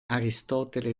aristotele